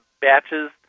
batches